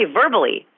verbally